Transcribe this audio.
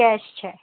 case છે